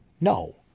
No